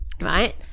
Right